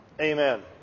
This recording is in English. Amen